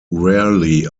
rarely